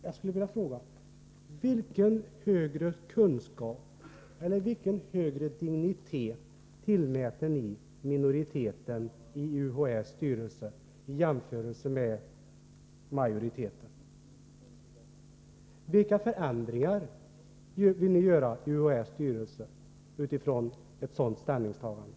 Jag skulle vilja fråga: Vilken högre dignitet tillmäter ni minoriteten i UHÄ:s styrelse i jämförelse med majoriteten? Vilka förändringar vill ni göra i UHÄ:s styrelse utifrån det ställningstagandet?